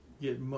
get